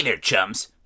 chums